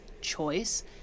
choice